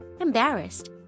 embarrassed